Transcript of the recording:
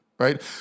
Right